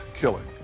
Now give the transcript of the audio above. killing